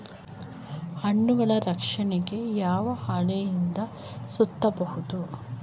ಹಣ್ಣುಗಳ ರಕ್ಷಣೆಗೆ ಯಾವ ಹಾಳೆಯಿಂದ ಸುತ್ತಬಹುದು?